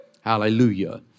Hallelujah